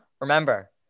Remember